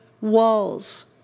walls